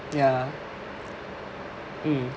ya mm